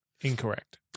Incorrect